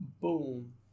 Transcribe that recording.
boom